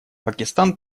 пакистан